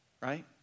right